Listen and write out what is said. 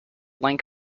link